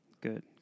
good